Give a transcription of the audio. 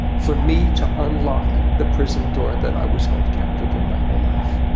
for me to unlock the prison door that i was held captive in my whole life